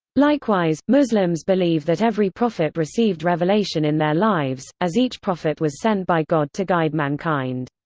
likewise, muslims believe that every prophet received revelation in their lives, as each prophet was sent by god to guide mankind.